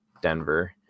Denver